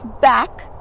back